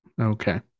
Okay